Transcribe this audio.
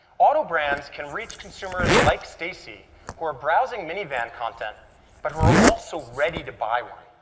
auto brands can reach consumers like stacy who are browse ing minivan content but who are also ready to buy one.